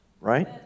right